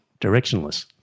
directionless